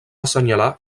assenyalar